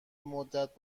مدت